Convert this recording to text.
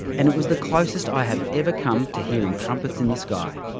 and it was the closest i have ever come to hearing trumpets in the sky.